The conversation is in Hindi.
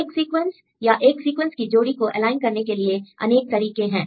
एक सीक्वेंस या एक सीक्वेंस की जोड़ी को एलाइन करने के लिए अनेक तरीके हैं